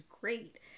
great